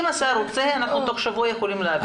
ואם הוא רוצה, תוך שבוע אנחנו יכולים להעביר.